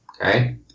okay